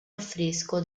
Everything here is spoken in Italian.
affresco